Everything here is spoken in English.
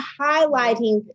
highlighting